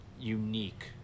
Unique